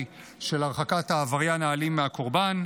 של הרחקת העבריין האלים מהקורבן.